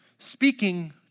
Speaking